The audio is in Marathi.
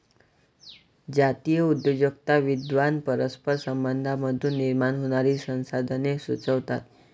जातीय उद्योजकता विद्वान परस्पर संबंधांमधून निर्माण होणारी संसाधने सुचवतात